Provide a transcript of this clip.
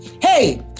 Hey